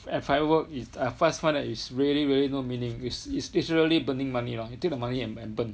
and fireworks is I first find that is really really no meaning which is literally burning money lor you think the money can can burn